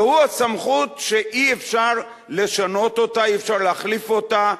והוא הסמכות שאי-אפשר לשנות אותה ואי-אפשר להחליף אותה.